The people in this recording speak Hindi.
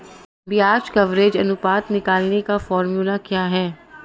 ब्याज कवरेज अनुपात निकालने का फॉर्मूला क्या है?